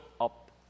up